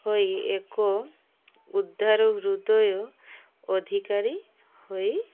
ହୋଇ ଏକ ଉଦାର ହୃଦୟ ଅଧିକାରୀ ହୋଇ